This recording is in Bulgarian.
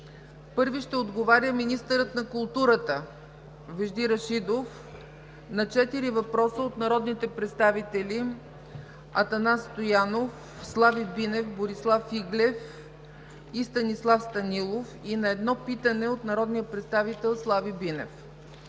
11,00 ч. 1. Министърът на културата Вежди Рашидов ще отговори на четири въпроса от народните представители Атанас Стоянов; Слави Бинев; Борислав Иглев; и Станислав Станилов и на едно питане от народния представител Слави Бинев.